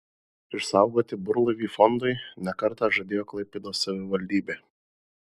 išsaugoti burlaivį fondui ne kartą žadėjo klaipėdos savivaldybė